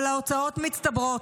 אבל ההוצאות מצטברות,